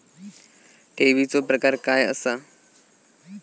ठेवीचो प्रकार काय असा?